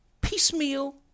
piecemeal